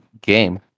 game